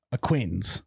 Acquaintance